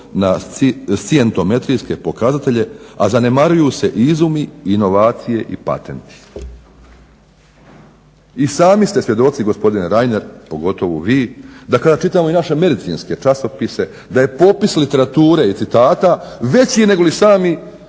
na scijentometrijske pokazatelje, a zanemaruju se i izumi, inovacije i patenti. I sami ste svjedoci, gospodine Reiner pogotovo vi, da kada čitamo i naše medicinske časopise da je popis literature i citata veći negoli sami